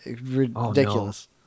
ridiculous